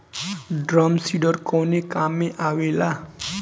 Drum seeder कवने काम में आवेला?